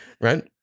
Right